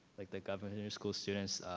like the governor's school students,